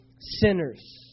sinners